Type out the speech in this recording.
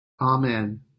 Amen